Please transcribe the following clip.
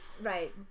right